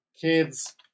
Kids